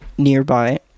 nearby